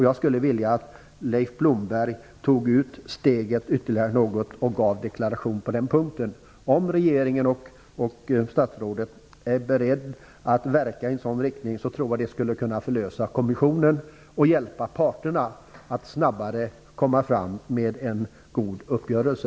Jag skulle vilja att Leif Blomberg tog ut steget ytterligare något och gav en deklaration på den punkten. Om regeringen och statsrådet är beredda att verka i en sådan riktning tror jag att det skulle kunna förlösa kommissionen och hjälpa parterna att snabbare komma fram till en god uppgörelse.